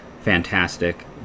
fantastic